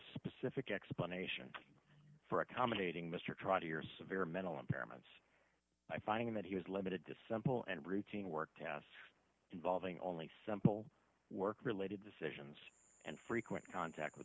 specific explanation for accommodating mr trotter your severe mental impairments finding that he was limited to simple and routine work tasks involving only simple work related decisions and frequent contact with